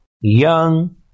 young